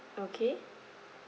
okay